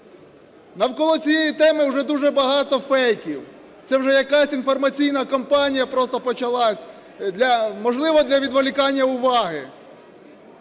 Навколо цієї теми вже дуже багато фейків. Це вже якась інформаційна кампанія просто почалась, можливо, для відволікання уваги.